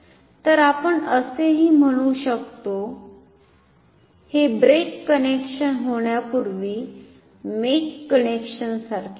तर आपण असेही म्हणू शकतो हे ब्रेक कनेक्शन होण्यापूर्वी मेक कनेक्शनसारखे आहे